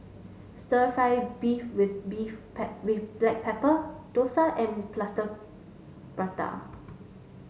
stir fry beef with beef black pepper Dosa and Plaster Prata